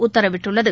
உத்தரவிட்டுள்ளது